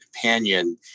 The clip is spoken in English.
companion